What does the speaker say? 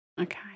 Okay